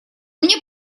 мне